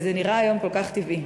וזה נראה היום כל כך טבעי.